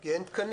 כי אין תקנים.